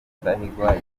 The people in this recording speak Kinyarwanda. rudahigwa